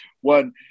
one